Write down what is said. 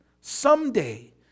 someday